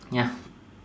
ya